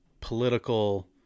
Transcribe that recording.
political